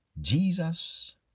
Jesus